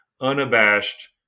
unabashed